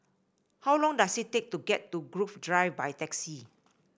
how long does it take to get to Grove Drive by taxi